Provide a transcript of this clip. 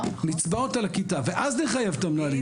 נצבע אותה לכיתה ואז נחייב את המנהלים,